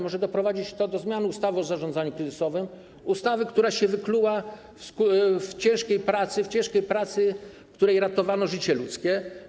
Może doprowadzić to do zmiany ustawy o zarządzaniu kryzysowym, ustawy, która się wykluła w ciężkiej pracy, za sprawą której ratowano życie ludzkie.